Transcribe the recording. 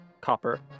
copper